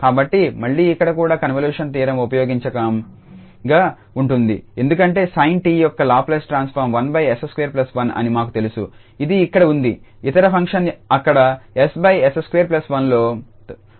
కాబట్టి మళ్లీ ఇక్కడ కూడా కన్వల్యూషన్ థీరం ఉపయోగకరంగా ఉంటుంది ఎందుకంటే sin𝑡 యొక్క లాప్లేస్ ట్రాన్స్ఫార్మ్ 1𝑠21 అని మాకు తెలుసు ఇది ఇక్కడ ఉంది ఇతర ఫంక్షన్ అక్కడ 𝑠𝑠21 తో మల్టిప్లికేషన్ చేయబడుతుంది